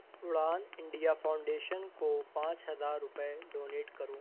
اڑان India Foundation کو پانچ ہزار روپئے ڈونیٹ کرو